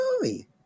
movie